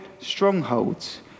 strongholds